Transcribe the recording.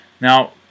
Now